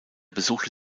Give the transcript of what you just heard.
besuchte